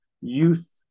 youth